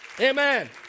amen